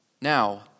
Now